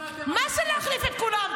מה זה להחליף את כולם?